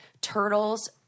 turtles